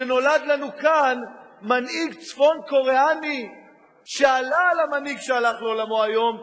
ונולד לנו כאן מנהיג צפון-קוריאני שעלה על המנהיג שהלך לעולמו היום,